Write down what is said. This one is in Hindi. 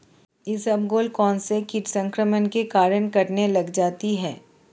इसबगोल कौनसे कीट संक्रमण के कारण कटने लग जाती है?